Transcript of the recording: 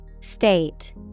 State